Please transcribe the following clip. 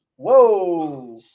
Whoa